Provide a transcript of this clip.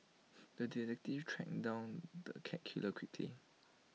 the detective train down the cat killer quickly